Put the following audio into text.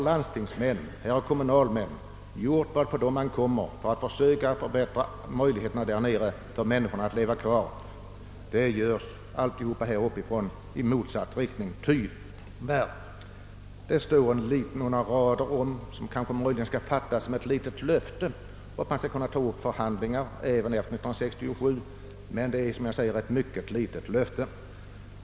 Landstingsmän och kommunalmän har gjort vad på dem ankommer för att förbättra möjligheterna för människorna att bo kvar, men allt som sker här uppe verkar i motsatt riktning. Ty märk väl: Det finns några rader i utskottsutlåtandet som möjligen skall fattas som ett litet löfte om att förhandlingar skall kunna tas upp även efter 1967, men det är i så fall ett mycket svagt löfte.